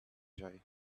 joy